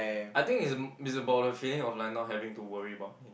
I think its it's about the feeling of like not having to worry about ya